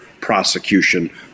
prosecution